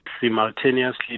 simultaneously